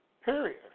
period